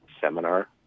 seminar